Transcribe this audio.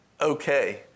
okay